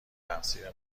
تقصیر